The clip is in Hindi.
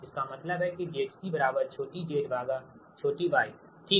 इसका मतलब है कि ZC बराबर छोटी z भागा छोटी y ठीक